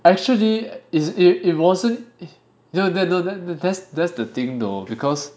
actually it it it wasn't it that's the thing though